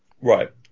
Right